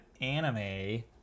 anime